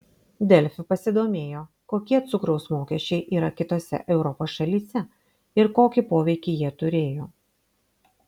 delfi pasidomėjo kokie cukraus mokesčiai yra kitose europos šalyse ir kokį poveikį jie turėjo